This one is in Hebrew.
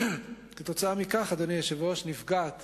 עקב כך, אדוני היושב-ראש, נפגעת